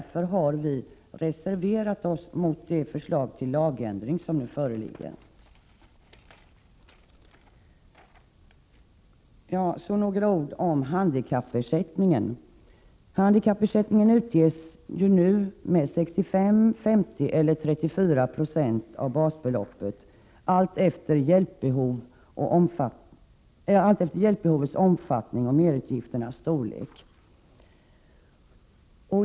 Därför har vi reserverat oss mot det förslag till lagändring som nu föreligger. Så några ord om handikappersättningen. Handikappersättningen utges ju nu med 65, 50 eller 34 70 av basbeloppet — alltefter hjälpbehovets omfattning och merutgifternas storlek.